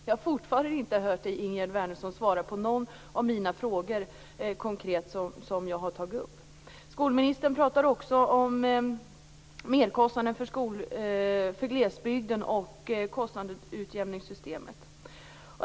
Jag har fortfarande inte hört Ingegerd Wärnersson svara konkret på någon av mina frågor. Skolministern pratar också om merkostnaden för glesbygden och kostnadsutjämningssystemet.